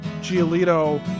Giolito